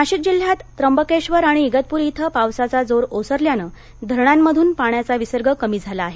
पाऊस नाशिक जिल्ह्यात त्र्यंबकेश्वर आणि इगतपूरी इथं पावसाचा जोर ओसरल्यानं धरणांमधून पाण्याचा विसर्ग कमी झाला आहे